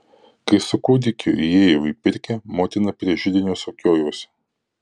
kai su kūdikiu įėjo į pirkią motina prie židinio sukiojosi